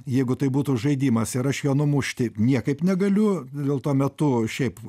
jeigu tai būtų žaidimas ir aš jo numušti niekaip negaliu dėl to metu šiaip